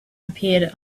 appeared